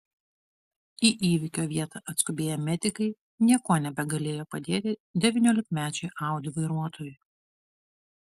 į įvykio vietą atskubėję medikai niekuo nebegalėjo padėti devyniolikmečiui audi vairuotojui